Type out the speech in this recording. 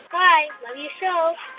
bye. love your show